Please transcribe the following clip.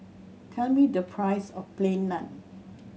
tell me the price of Plain Naan